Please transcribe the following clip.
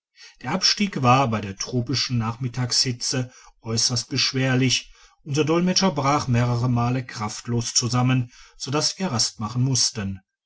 der abstieg war bei der tropischen nachmittagshitze äusserst beschwerlich unser dolmetscher brach mehrere male kraftlos zusammen sodass wir rast machen mussten